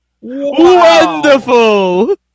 Wonderful